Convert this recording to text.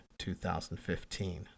2015